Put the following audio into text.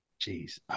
Jeez